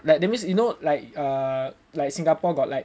that that means you know like err like Singapore got like